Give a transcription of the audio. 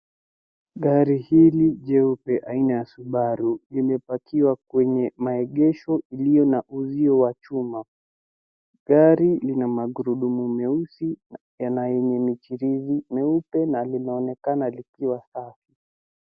Gari hili jeupe aina ya Subaru imepakiwa kwenye maegesho iliyo na uzio wa chuma. Gari lina magurudumu meusi na yana yeney michirizi meupe na linaonekana likiwa safi.